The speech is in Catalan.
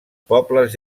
pobles